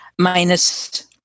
minus